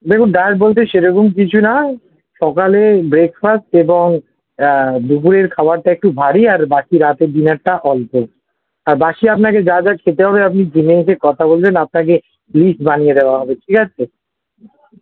দেখুন ডায়েট বলতে সেরকম কিছু না সকালে ব্রেকফাস্ট এবং দুপুরের খাবারটা একটু ভারী আর বাকি রাতের ডিনারটা অল্প আর বাকি আপনাকে যা যা খেতে হবে আপনি জিমে এসে কথা বলবেন আপনাকে লিস্ট বানিয়ে দেওয়া হবে ঠিক আছে